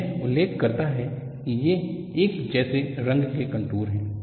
तो यह उल्लेख करता है कि ये एक जैसे रंग के कंटूर हैं